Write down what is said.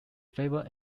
flavor